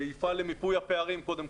יפעל קודם כל למיפוי הפערים.